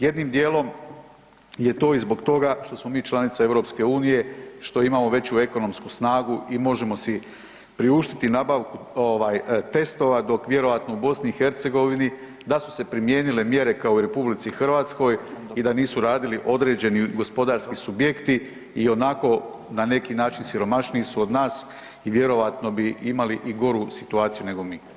Jednim dijelom je to i zbog toga što smo mi članica EU, što imamo veću ekonomsku snagu i možemo si priuštiti nabavku ovaj testova dok vjerojatno u BiH da su se primijenile mjere kao u RH i da nisu radili određeni gospodarski subjekti i onako na neki način siromašniji su od nas i vjerojatno bi imali i goru situaciju nego mi.